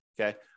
okay